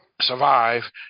survive